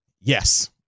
yes